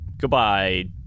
Goodbye